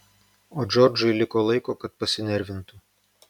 o džordžui liko laiko kad pasinervintų